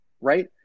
right